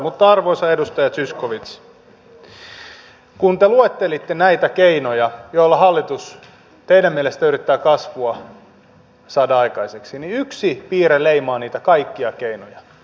mutta arvoisa edustaja zyskowicz kun te luettelitte näitä keinoja joilla hallitus teidän mielestänne yrittää kasvua saada aikaiseksi niin yksi piirre leimaa niitä kaikkia keinoja